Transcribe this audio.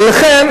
ולכן,